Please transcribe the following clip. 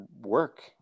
work